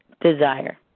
desire